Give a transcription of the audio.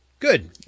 Good